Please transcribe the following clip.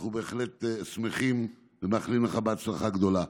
אנחנו בהחלט שמחים ומאחלים לך הצלחה גדולה.